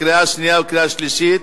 קריאה שנייה וקריאה שלישית.